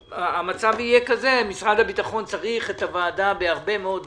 המצב הוא כזה שמשרד הביטחון צריך את הוועדה בהרבה מאוד דברים,